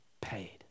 paid